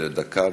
דקה.